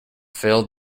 failed